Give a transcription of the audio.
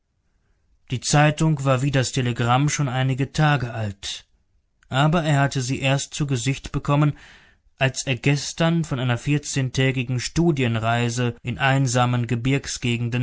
die zeitung war wie das telegramm schon einige tage alt aber er hatte sie erst zu gesicht bekommen als er gestern von einer vierzehntägigen studienreise in einsamen